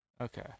Okay